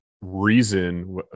reason